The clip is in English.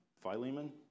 Philemon